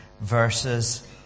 verses